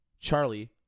charlie